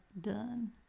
done